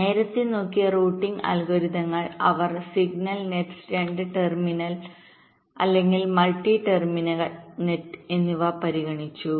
നേരത്തെ നോക്കിയ റൂട്ടിംഗ് അൽഗോരിതങ്ങൾഅവർ സിഗ്നൽ നെറ്റ്സ് രണ്ട് ടെർമിനൽ അല്ലെങ്കിൽ മൾട്ടി ടെർമിനൽനെറ്റ് എന്നിവ പരിഗണിച്ചു